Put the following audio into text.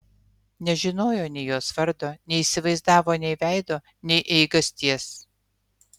nežinojo nei jos vardo neįsivaizdavo nei veido nei eigasties